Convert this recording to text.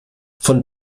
von